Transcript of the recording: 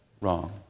wrong